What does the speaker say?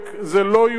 זה לא יהודי,